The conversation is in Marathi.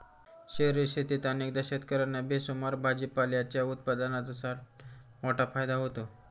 शहरी शेतीत अनेकदा शेतकर्यांना बेसुमार भाजीपाल्याच्या उत्पादनाचा मोठा फायदा होतो